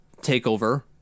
takeover